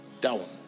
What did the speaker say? down